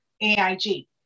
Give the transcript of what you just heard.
AIG